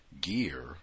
gear